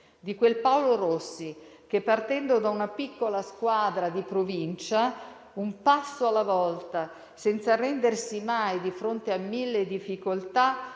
di quel Paolo Rossi che, partendo da una piccola squadra di provincia, un passo alla volta, senza arrendersi mai di fronte a mille difficoltà,